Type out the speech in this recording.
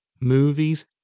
movies